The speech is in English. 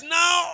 now